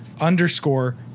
underscore